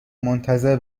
منتظر